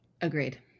Agreed